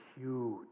huge